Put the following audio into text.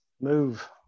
move